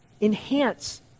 enhance